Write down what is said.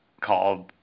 called